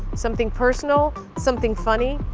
something personal, something funny?